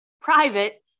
Private